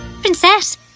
princess